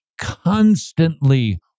constantly